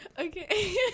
Okay